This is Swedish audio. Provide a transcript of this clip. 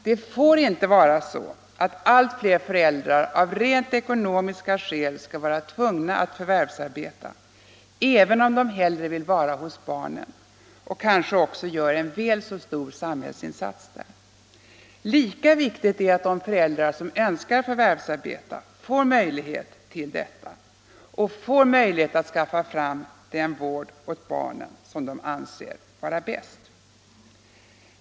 Det får inte vara så att allt fler föräldrar av rent ekonomiska skäl skall vara tvungna att förvärvsarbeta även om de hellre vill vara hemma hos barnen och kanske också gör en väl så stor samhällsinsats där. Lika viktigt är att de föräldrar som önskar förvärvsarbeta får en möjlighet till detta och en möjlighet att skaffa fram den vård åt barnen som de anser vara bäst.